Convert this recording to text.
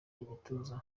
igituza